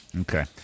Okay